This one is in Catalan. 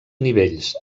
nivells